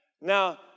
Now